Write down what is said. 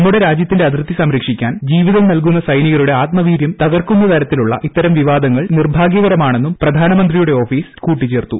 നമ്മുടെ രാജ്യത്തിന്റെ അതിർത്തി സംരക്ഷിക്കാൻ ജീവിതം നൽകുന്ന സൈനികരുടെ ആത്മവീര്യം തകർക്കുന്ന തരത്തിലുള്ള ഇത്തരം വിവാദങ്ങൾ നിർഭാഗൃകരമാണെന്നും പ്രധാനമന്ത്രിയുടെ ഓഫീസ് കൂട്ടിച്ചേർത്തു